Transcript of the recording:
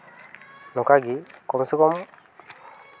ᱱᱚᱝᱠᱟ ᱜᱮ ᱠᱚᱢ ᱥᱮ ᱠᱚᱢ